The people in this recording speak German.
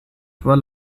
war